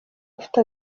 ufite